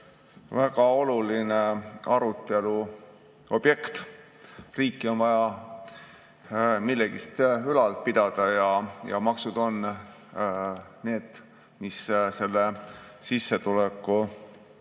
väga oluline aruteluobjekt. Riiki on vaja millegagi ülal pidada ja maksud on need, mis selle sissetuleku